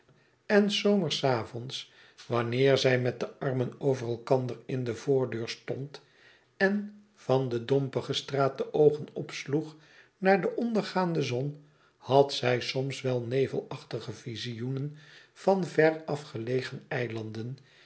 en s zomers avonds wanneer zij met de armen over elkander in de voordeur stond en van de dompige straat de oogen opsloeg naar de ondergaande zon had zij soms wel nevelachtige visioenen van verafgelegen eilanden